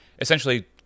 essentially